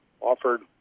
Offered